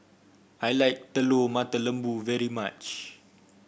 I like Telur Mata Lembu very much